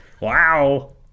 Wow